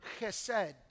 chesed